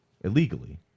illegally